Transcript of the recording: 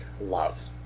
love